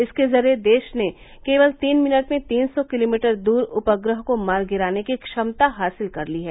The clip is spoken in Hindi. इसके जरिए देश ने केवल तीन मिनट में तीन सौ किलोमीटर दूर उपग्रह को मार गिराने की क्षमता हासिल कर ली है